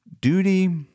Duty